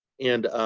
and